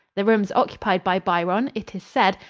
the rooms occupied by byron, it is said,